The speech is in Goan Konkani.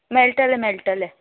मेळटले मेळटले